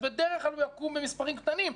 בדרך כלל הוא יקום במספרים קטנים,